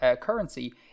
currency